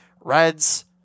Reds